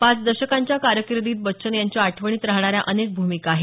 पाच दशकांच्या कारकिर्दीत बच्चन यांच्या आठवणीत राहणाऱ्या अनेक भूमिका आहेत